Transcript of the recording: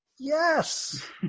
yes